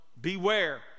beware